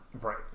Right